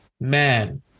man